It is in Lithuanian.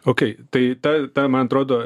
okei tai ta ta man atrodo